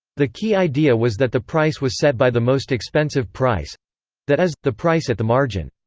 the key idea was that the price was set by the most expensive price that is, the price at the margin.